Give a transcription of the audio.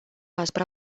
asupra